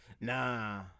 nah